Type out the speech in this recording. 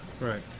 Right